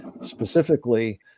specifically